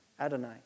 Adonai